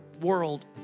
world